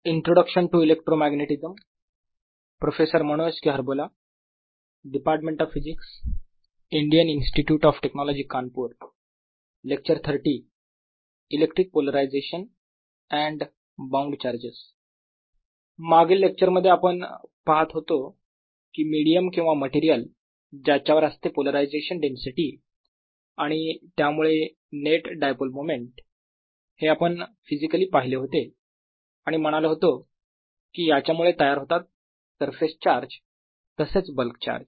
electric polarisation and bound charges II मागील lecture मध्ये आपण पहात होतो की मेडीयम किंवा मटेरियल ज्याच्यावर असते पोलरायझेशन डेन्सिटी आणि त्यामुळे नेट डायपोल मोमेंट आणि हे आपण फिजिकली पाहिले होते आणि म्हणालो होतो की याच्यामुळे तयार होतात सरफेस चार्ज तसेच बल्क चार्ज